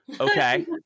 Okay